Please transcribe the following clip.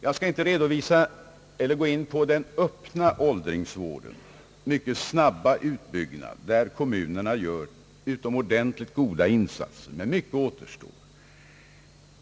Jag skall inte gå in på den öppna åldringsvårdens mycket snabba utbyggnad, där kommunerna gör utomordentligt goda insatser, även om mycket återstår.